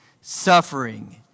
suffering